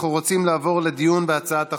אנחנו רוצים לעבור לדיון בהצעת החוק.